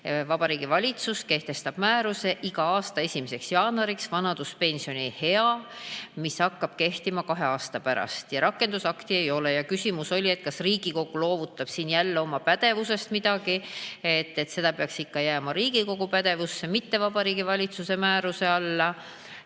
Vabariigi Valitsus kehtestab määrusega iga aasta 1. jaanuariks vanaduspensioniea, mis hakkab kehtima kahe aasta pärast. Ja rakendusakti ei ole. Küsimus oli, et kas Riigikogu loovutab siin jälle oma pädevusest midagi, see peaks ikka jääma Riigikogu pädevusse, mitte Vabariigi Valitsuse määruse alla.